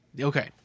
Okay